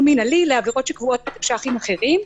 מנהלי לעבירות שקבועות בתקש"חים אחרים,